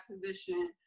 position